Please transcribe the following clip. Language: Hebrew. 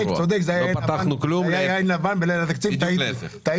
צודק, זה היה יין לבן בליל התקציב, טעיתי.